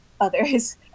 others